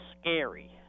scary